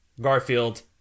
Garfield